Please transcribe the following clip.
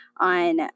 on